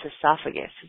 esophagus